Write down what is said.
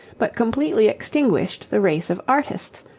but completely extinguished the race of artists,